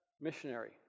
missionary